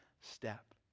step